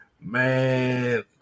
Man